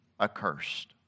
accursed